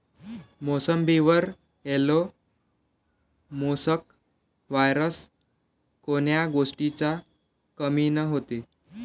मोसंबीवर yellow mosaic virus कोन्या गोष्टीच्या कमीनं होते?